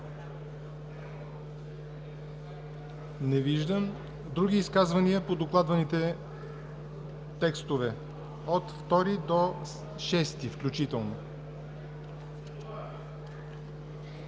Не виждам. Други изказвания по докладваните текстове от § 2 до § 6 включително?